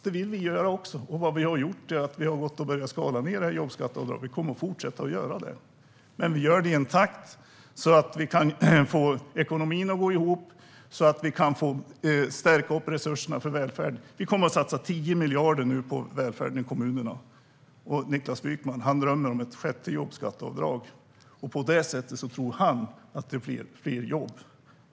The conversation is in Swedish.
Det vill vi också göra. Och vad vi har gjort är att vi har börjat skala ned jobbskatteavdraget. Vi kommer att fortsätta att göra det. Men vi gör det i en takt så att vi kan få ekonomin att gå ihop, så att vi kan stärka resurserna för välfärd. Vi kommer nu att satsa 10 miljarder på välfärden i kommunerna. Niklas Wykman drömmer om ett sjätte jobbskatteavdrag. På det sättet tror han att det blir fler jobb.